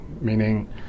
meaning